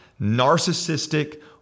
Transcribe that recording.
narcissistic